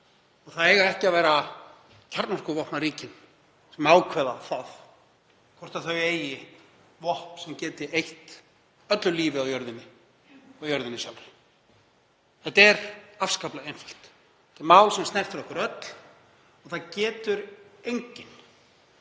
Og það eiga ekki að vera kjarnorkuvopnaríkin sem ákveða hvort þau eigi vopn sem geta eytt öllu lífi á jörðinni og jörðinni sjálfri. Þetta er afskaplega einfalt. Þetta er mál sem snertir okkur öll og það getur enginn